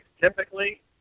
Typically